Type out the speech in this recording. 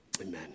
Amen